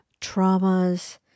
traumas